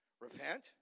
Repent